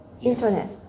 Internet